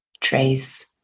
trace